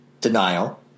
denial